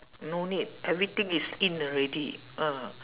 no need everything is in already ah